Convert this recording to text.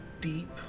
deep